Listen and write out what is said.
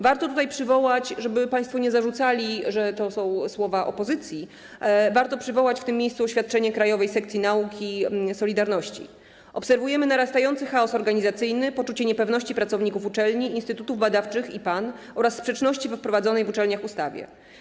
Warto tutaj przywołać - żeby państwo nie zarzucali, że to są słowa opozycji - oświadczenie Krajowej Sekcji Nauki NSZZ „Solidarność”: „Obserwujemy narastający chaos organizacyjny, poczucie niepewności pracowników uczelni, instytutów badawczych i PAN oraz sprzeczności we wprowadzonej w uczelniach ustawie.